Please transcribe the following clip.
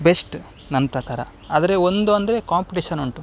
best ನನ್ನ ಪ್ರಕಾರ ಆದರೆ ಒಂದು ಅಂದರೆ ಕಾಂಪಿಟೇಷನ್ ಉಂಟು